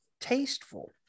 tasteful